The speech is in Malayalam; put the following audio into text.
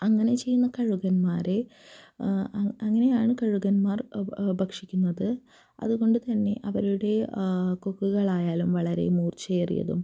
അങ്ങനെ ചെയ്യുന്ന കഴുകന്മാരെ അങ്ങനെയാണ് കഴുകന്മാർ ഭക്ഷിക്കുന്നത് അവരുടെ കഞ് അവരുടെ കൊക്കുകളായാലും വളരെ മൂർച്ചയേറിയതും